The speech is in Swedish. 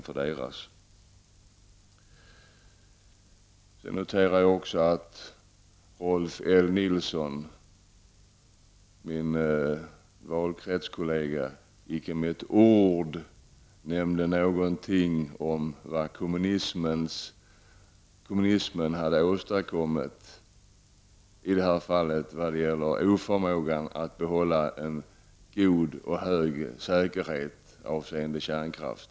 Jag noterar också att Rolf L Nilson, min valkretskollega, icke med ett ord nämnde vad kommunismen hade åstadkommit i det här fallet i fråga om oförmåga att hålla en god och hög säkerhet när det gäller kärnkraft.